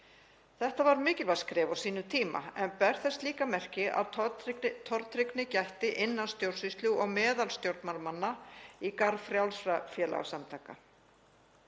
Þetta var mikilvægt skref á sínum tíma en ber þess líka merki að tortryggni gætti innan stjórnsýslu og meðal stjórnmálamanna í garð frjálsra félagasamtaka.